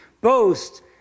boast